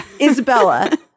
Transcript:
Isabella